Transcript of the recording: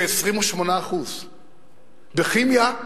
כ-28%; בכימיה,